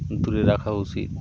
দূরে রাখা উচিত